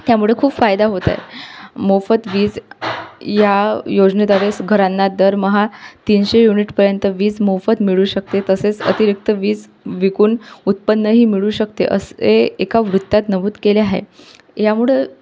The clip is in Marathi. त्यामुळे खूप फायदा होत आहे मोफत वीज या योजनेद्वारे घरांना दरमहा तीनशे युनिटपर्यंत वीज मोफत मिळू शकते तसेच अतिरिक्त वीज विकून उत्पन्नही मिळू शकते अस ए एका वृत्तात नमूद केलं आहे यामुळे